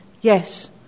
Yes